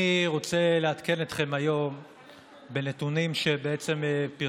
אני רוצה לעדכן אתכם היום בנתונים שפרסמנו,